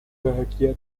bahagia